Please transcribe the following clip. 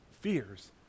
fears